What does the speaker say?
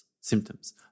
symptoms